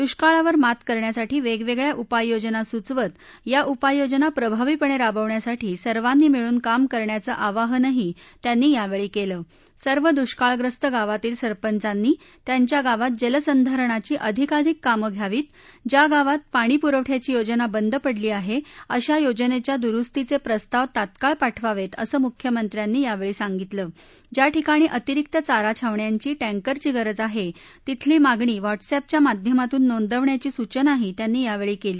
दृष्काळावर मात करण्यासाठी वेगवेगळ्या उपाययोजना सुचवत या उपाययोजना प्रभावीपणे राबविण्यासाठी सर्वांनी मिळून काम करण्याच आवाहनही त्याती यावेळी केला सर्व दुष्काळग्रस्त गावातील सरपद्धांची त्याच्या गावात जलसप्तरणाची अधिकाधिक कामच्यावीत ज्या गावात पाणीपुरवठ्याची योजना बर्ट पडली आहे अशा योजनेच्या दुरूस्तीचे प्रस्ताव तात्काळ पाठवावेत असम्रिख्यमध्याती यावेळी साधितला ऊर्या ठिकाणी अतिरिक चारा छावण्याधीं टँकरची गरज आहे तिथली मागणी व्हॉटस्अॅपच्या माध्यमातून नोंदवण्याची सूचनाही त्यार्ती यावेळी केली